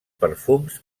perfums